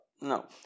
No